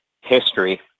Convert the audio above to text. history